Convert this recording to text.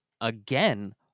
again